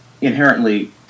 inherently